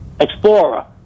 Explorer